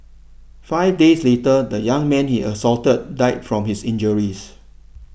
five days later the young man he assaulted died from his injuries